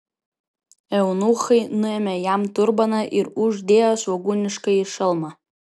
eunuchai nuėmė jam turbaną ir uždėjo svogūniškąjį šalmą